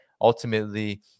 ultimately